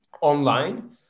online